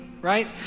right